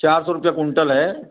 चार सौ रुपया कुंटल है